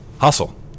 hustle